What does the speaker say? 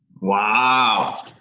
Wow